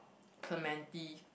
Clementi